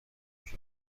کشف